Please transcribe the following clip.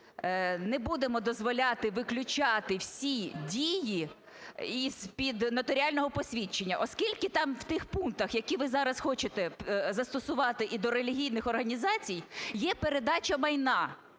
не будемо дозволяти виключати всі дії із-під нотаріального посвідчення, оскільки там в тих пунктах, які ви зараз хочете застосувати і до релігійних організацій, є передача майна.